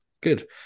good